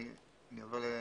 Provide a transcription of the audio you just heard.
ואני עובר ל-(ג1)